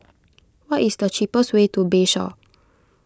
what is the cheapest way to Bayshore